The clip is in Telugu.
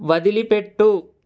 వదిలిపెట్టు